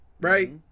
right